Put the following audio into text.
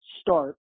start